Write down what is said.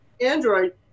android